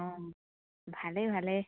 অ ভালে ভালে